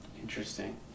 Interesting